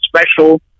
special